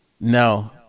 No